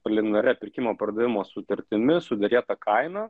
preliminaria pirkimo pardavimo sutartimi suderėtą kainą